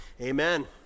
amen